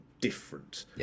different